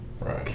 Right